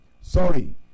Sorry